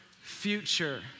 future